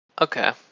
Okay